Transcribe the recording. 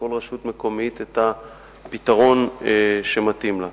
לכל רשות מקומית, את הפתרון שמתאים להם.